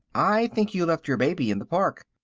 i think you left your baby in the park.